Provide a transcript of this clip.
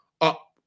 up